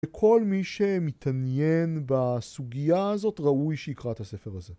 וכל מי שמתעניין בסוגיה הזאת ראוי שיקרא את הספר הזה.